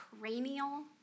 cranial